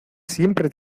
siempre